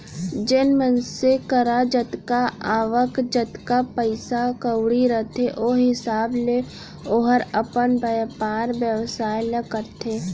जेन मनसे करा जतका आवक, जतका पइसा कउड़ी रथे ओ हिसाब ले ओहर अपन बयपार बेवसाय ल करथे